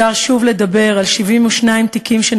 אפשר שוב לדבר על 72 תיקים בממוצע